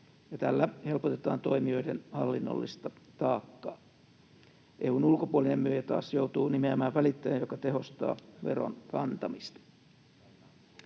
Tällä helpotetaan toimijoiden hallinnollista taakkaa. EU:n ulkopuolinen myyjä taas joutuu nimeämään välittäjän, joka tehostaa veron kantamista.